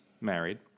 married